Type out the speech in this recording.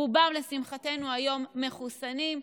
רובם, לשמחתנו, היום מחוסנים.